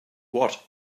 what